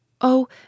Oh